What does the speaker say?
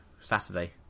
Saturday